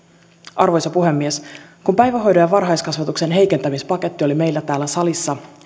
arvoisa puhemies kun päivähoidon ja varhaiskasvatuksen heikentämispaketti oli meillä täällä salissa